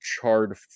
charred